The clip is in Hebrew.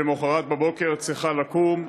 שלמחרת בבוקר תמיד צריכה לקום,